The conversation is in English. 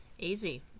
easy